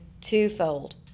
twofold